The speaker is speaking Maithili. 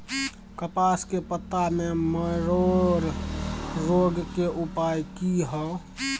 कपास के पत्ता में मरोड़ रोग के उपाय की हय?